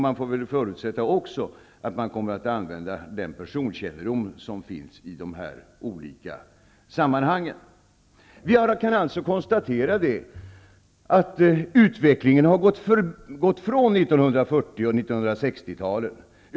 Man får väl också förutsätta att man kommer att använda den personkännedom som finns i de olika sammanhangen. Vi kan således konstatera att utvecklingen har gått ifrån 1940 och 1960-talet.